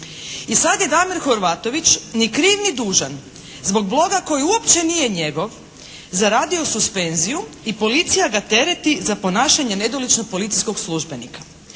I sad je Damir Horvatović ni kriv ni dužan zbog bloga koji uopće nije njegov zaradio suspenziju i policija ga tereti za ponašanje nedoličnog policijskog službenika.